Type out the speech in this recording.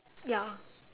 ya